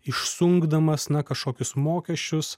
išsunkdamas na kažkokius mokesčius